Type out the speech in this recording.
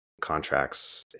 contracts